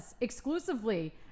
exclusively